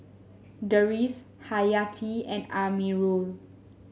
Deris Hayati and Amirul